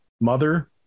mother